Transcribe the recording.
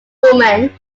woman